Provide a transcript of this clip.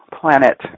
planet